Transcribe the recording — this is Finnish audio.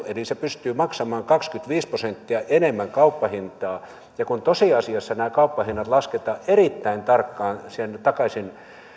eli se pystyy maksamaan kaksikymmentäviisi prosenttia enemmän kauppahintaa ja kun tosiasiassa nämä kauppahinnat lasketaan erittäin tarkkaan